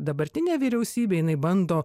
dabartinė vyriausybė jinai bando